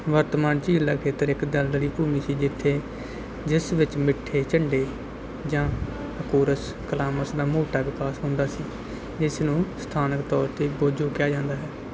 ਵਰਤਮਾਨ ਝੀਲ ਦਾ ਖੇਤਰ ਇੱਕ ਦਲਦਲੀ ਭੂਮੀ ਸੀ ਜਿੱਥੇ ਜਿਸ ਵਿੱਚ ਮਿੱਠੇ ਝੰਡੇ ਜਾਂ ਅਕੋਰਸ ਕਲਾਮਸ ਦਾ ਮੋਟਾ ਵਿਕਾਸ ਹੁੰਦਾ ਸੀ ਜਿਸ ਨੂੰ ਸਥਾਨਕ ਤੌਰ 'ਤੇ ਬੋਜੋ ਕਿਹਾ ਜਾਂਦਾ ਹੈ